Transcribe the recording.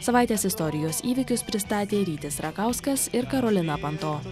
savaitės istorijos įvykius pristatė rytis rakauskas ir karolina panto